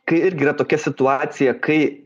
kai irgi yra tokia situacija kai